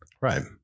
Right